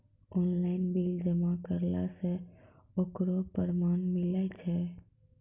Online bill जमा करला से ओकरौ परमान मिलै छै?